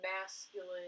masculine